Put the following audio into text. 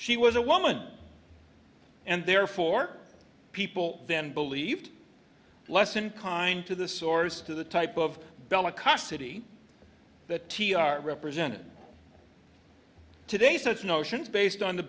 she was a woman and therefore people then believed lesson kind to the source to the type of bellicosity that t r represented today such notions based on the